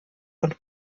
und